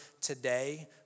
today